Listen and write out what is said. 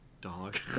dog